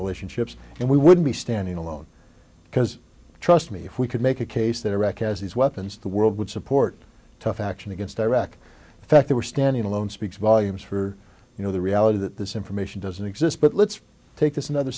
relationships and we would be standing alone because trust me if we could make a case that iraq has these weapons the world would support tough action against iraq the fact that we're standing alone speaks volumes for you know the reality that this information doesn't exist but let's take this another